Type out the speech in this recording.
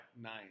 nine